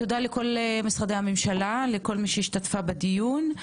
תודה לכל משרדי הממשלה, לכל מי שהשתתפה בדיון.